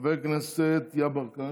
חבר הכנסת יברקן,